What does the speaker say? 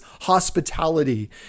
hospitality